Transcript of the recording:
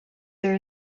there